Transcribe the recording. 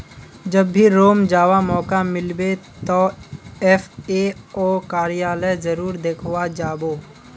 जब भी रोम जावा मौका मिलबे तो एफ ए ओ कार्यालय जरूर देखवा जा बो